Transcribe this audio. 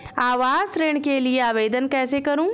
आवास ऋण के लिए आवेदन कैसे करुँ?